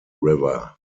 river